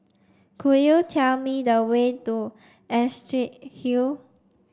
could you tell me the way to Astrid Hill